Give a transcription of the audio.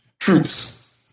troops